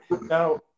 Now